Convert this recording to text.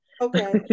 okay